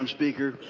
um speaker.